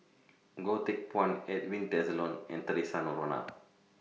Goh Teck Phuan Edwin Tessensohn and Theresa Noronha